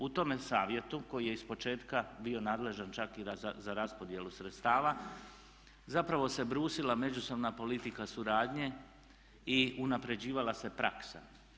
U tome savjetu, koji je ispočetka bio nadležan čak i za raspodjelu sredstava, zapravo se brusila međusobna politika suradnje i unapređivala se praksa.